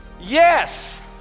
yes